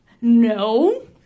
No